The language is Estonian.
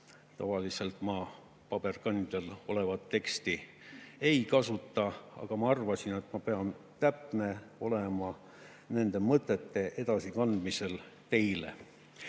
Tavaliselt ma paberkandjal olevat teksti ei kasuta, aga ma arvasin, et ma pean täpne olema nende mõtete edasiandmisel teile.